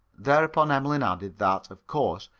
thereupon emmeline added that, of course,